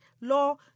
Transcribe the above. law